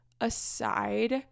aside